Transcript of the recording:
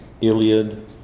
Iliad